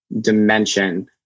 dimension